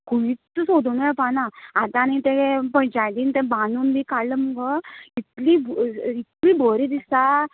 खूंच सोदू मेळपाना आतां आनी तें पंचायती तें बांदून बी काडला मगो इतली बो इतली बरी दिसता